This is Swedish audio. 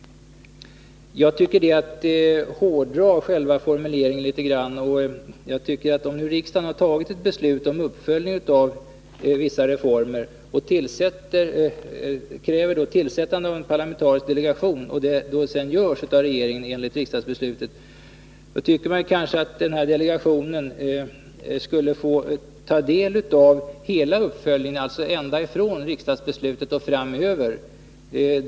Jag tycker att det är att hårdra formuleringen. Om riksdagen fattat ett beslut om uppföljning av vissa reformer och begärt tillsättande av en parlamentarisk delegation — och regeringen tillsätter en sådan delegation — borde den delegationen få ta del i hela uppföljningsarbetet, alltså ända från riksdagsbeslutet och framöver.